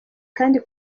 kandi